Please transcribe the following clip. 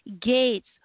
gates